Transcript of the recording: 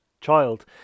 child